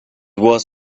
was